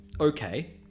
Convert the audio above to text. okay